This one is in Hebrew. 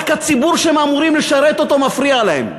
רק הציבור שהם אמורים לשרת מפריע להם.